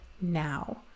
now